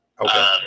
Okay